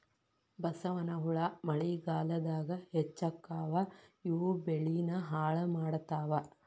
ಬಸವನಹುಳಾ ಮಳಿಗಾಲದಾಗ ಹೆಚ್ಚಕ್ಕಾವ ಇವು ಬೆಳಿನ ಹಾಳ ಮಾಡತಾವ